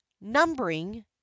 numbering